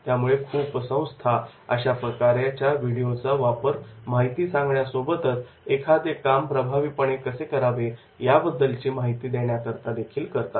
यामुळे खूप कंपनीज अशा प्रकारच्या व्हिडिओचा वापर माहिती सांगण्या सोबतच एखादे काम प्रभावीपणे कसे करावे याबद्दलची माहिती देण्याकरितादेखील करतात